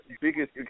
biggest